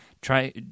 try